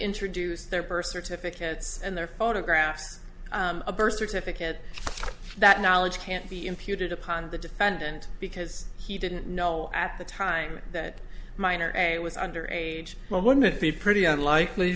introduce their birth certificates and their photographs a birth certificate that knowledge can't be imputed upon the defendant because he didn't know at the time that minor a was under age well wouldn't it be pretty unlikely